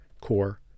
core